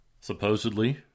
supposedly